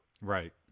Right